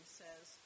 says